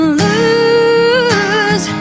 lose